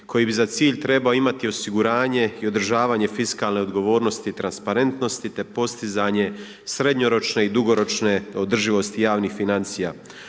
koji bi za cilj trebao imati osiguranje i održavanje fiskalne odgovornosti i transparentnosti te postizanje srednjoročne i dugoročne održivosti javnih financija.